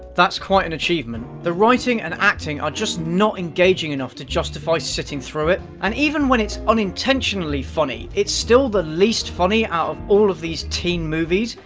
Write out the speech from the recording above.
that's quite an and achievement. the writing and acting are just not engaging enough to justify sitting through it. and even when it's unintentionally funny, it's still the least funny out of all of these teen movies,